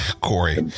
Corey